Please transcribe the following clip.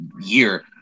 year